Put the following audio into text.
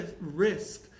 risk